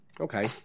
okay